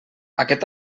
aquest